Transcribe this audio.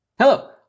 Hello